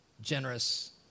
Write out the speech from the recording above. generous